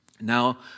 Now